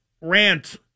rant